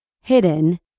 Hidden